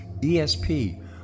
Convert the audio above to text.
ESP